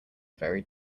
varied